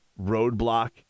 roadblock